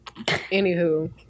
Anywho